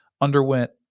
underwent